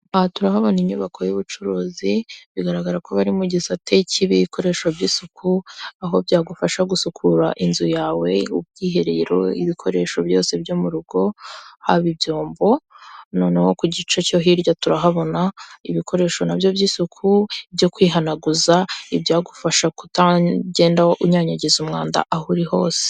Aha turahabona inyubako y'ubucuruzi, bigaragara ko bari mu gisate cy'ibikoresho by'isuku. Aho byagufasha gusukura inzu yawe, ubwiherero, ibikoresho byose byo mu rugo, haba ibyombo. Noneho ku gice cyo hirya turahabona ibikoresho nabyo by'isuku, byo kwihanaguza, ibyagufasha kutagenda unyanyagiza umwanda aho uri hose.